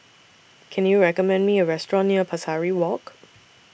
Can YOU recommend Me A Restaurant near Pesari Walk